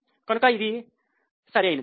కనుక ఇది సరి అయినది